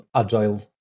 agile